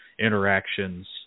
interactions